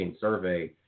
survey